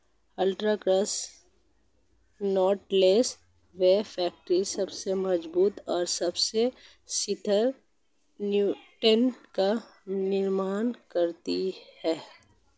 ultra cross knotless web factory सबसे मजबूत और सबसे स्थिर नेटिंग का निर्माण करती है